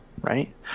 right